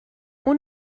اون